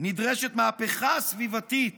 נדרשת מהפכה סביבתית